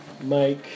Mike